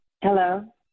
Hello